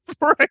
Right